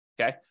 Okay